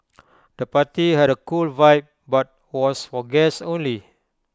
the party had A cool vibe but was for guests only